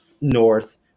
North